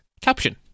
caption